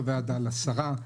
דיון בוועדת הפנים והגנת הסביבה,